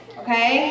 okay